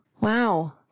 wow